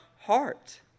heart